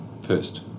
First